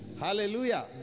Hallelujah